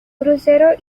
crucero